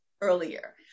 earlier